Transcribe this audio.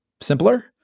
simpler